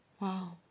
Wow